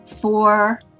four